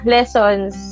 Lessons